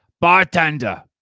Bartender